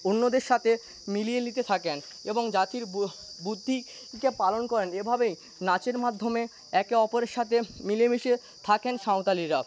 অন্যদের সাথে মিলিয়ে নিতে থাকেন এবং জাতির বুদ্ধিকে পালন করেন এভাবে নাচের মাধ্যমে একে অপরের সাথে মিলে মিশে থাকেন সাওতালিরা